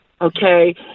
Okay